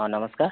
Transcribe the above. ହଁ ନମସ୍କାର